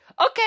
okay